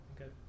Okay